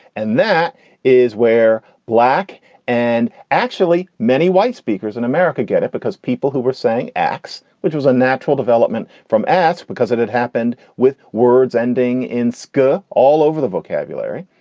and that is where black and actually many white speakers in america get it because people who were saying x, which was a natural development from ask because it had happened with words ending in scurr all over the vocabulary.